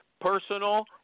personal